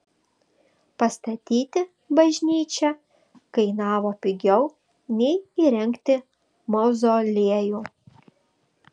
pastatyti bažnyčią kainavo pigiau nei įrengti mauzoliejų